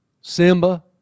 simba